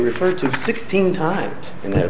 refer to sixteen times and ha